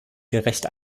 gerecht